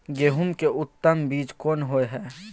गेहूं के उत्तम बीज कोन होय है?